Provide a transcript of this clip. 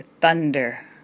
thunder